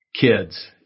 kids